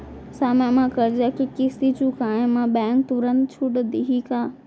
समय म करजा के किस्ती चुकोय म बैंक तुरंत छूट देहि का?